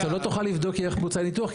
אתה לא תוכל לבדוק איך בוצע הניתוח,